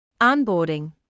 Onboarding